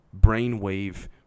brainwave